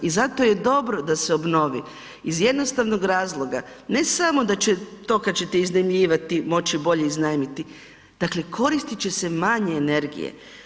I zato je dobro da se obnovi iz jednostavno razloga, ne samo da će to kad ćete iznajmljivati moći bolje iznajmiti, dakle koristiti će se manje energije.